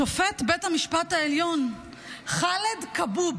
שופט בית המשפט העליון ח'אלד כבוב